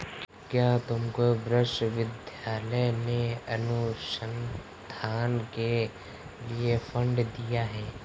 क्या तुमको विश्वविद्यालय ने अनुसंधान के लिए फंड दिए हैं?